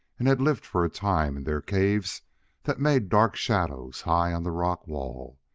and had lived for a time in their caves that made dark shadows high on the rock wall.